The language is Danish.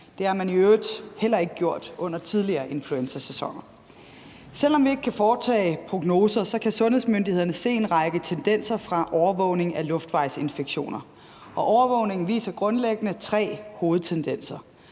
Det har man i øvrigt heller ikke gjort under tidligere influenzasæsoner. Selv om vi ikke kan foretage prognoser, kan sundhedsmyndighederne se en række tendenser fra overvågningen af luftvejsinfektioner, og overvågningen viser grundlæggende tre hovedtendenser.